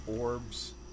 orbs